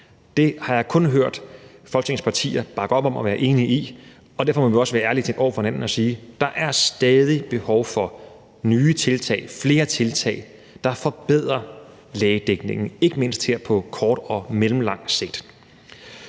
Det har jeg kun hørt Folketingets partier bakke op om og være enige i, og derfor må man også være ærlige over for hinanden og sige, at der stadig er behov for nye tiltag og flere tiltag, der forbedrer lægedækningen, ikke mindst her på kort og mellemlangt sigt.